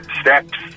steps